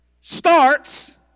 starts